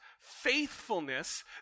faithfulness